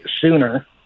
sooner